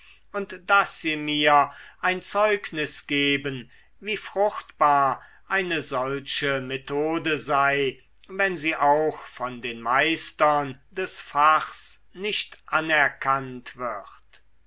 und daß sie mir ein zeugnis geben wie fruchtbar eine solche methode sei wenn sie auch von den meistern des fachs nicht anerkannt wird